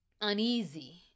uneasy